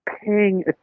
paying